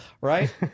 Right